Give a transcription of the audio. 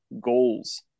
goals